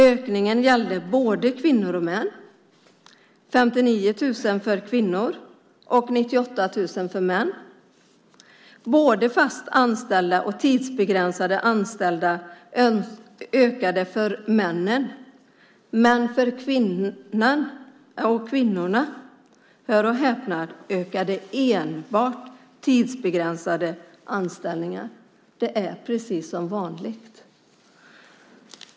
Ökningen gällde både kvinnor och män - 59 000 för kvinnor och 98 000 för män. Både fasta och tidsbegränsade anställningar ökade för männen, men för kvinnorna - hör och häpna - ökade enbart de tidsbegränsade anställningarna. Det är precis som vanligt.